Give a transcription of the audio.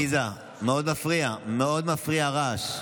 עליזה, מאוד מפריע, מאוד מפריע הרעש.